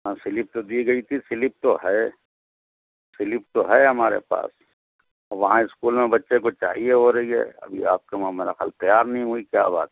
ہاں سلپ تو دی گئی تھی سلپ تو ہے سلپ تو ہے ہمارے پاس وہاں اسکول میں بچے کو چاہیے ہو رہی ہے ابھی آپ کے وہاں میرا خیال تیار نہیں ہوئی کیا بات